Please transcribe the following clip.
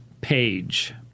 page